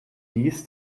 dies